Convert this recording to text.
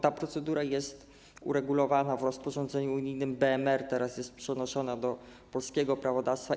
Ta procedura jest uregulowana w rozporządzeniu unijnym BMR, teraz jest przenoszona do polskiego prawodawstwa.